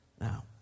Now